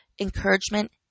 encouragement